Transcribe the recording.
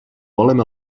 volem